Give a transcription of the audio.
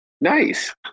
Nice